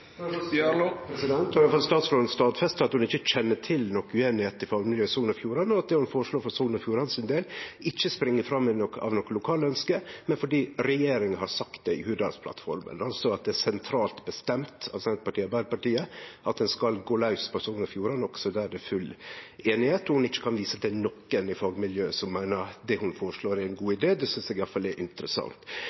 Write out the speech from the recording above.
statsråden stadfesta at ho ikkje kjenner til noka ueinigheit i fagmiljøet i Sogn og Fjordane, og at det ho føreslår – for Sogn og Fjordane sin del – ikkje spring fram av noko lokalt ønske, men fordi regjeringa har sagt det i Hurdalsplattforma. Det er altså sentralt bestemt av Senterpartiet og Arbeidarpartiet at ein skal gå laus på Sogn og Fjordane, også der det er full einigheit, og der ho ikkje kan vise til nokon i fagmiljøet som meiner at det ho føreslår er ein god idé. Det synest eg iallfall er interessant.